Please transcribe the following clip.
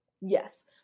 Yes